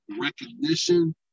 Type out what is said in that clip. recognition